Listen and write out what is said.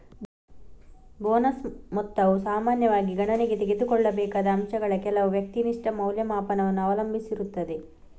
bonus ಮೊತ್ತವು ಸಾಮಾನ್ಯವಾಗಿ ಗಣನೆಗೆ ತೆಗೆದುಕೊಳ್ಳಬೇಕಾದ ಅಂಶಗಳ ಕೆಲವು ವ್ಯಕ್ತಿನಿಷ್ಠ ಮೌಲ್ಯಮಾಪನವನ್ನು ಅವಲಂಬಿಸಿರುತ್ತದೆ